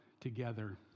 together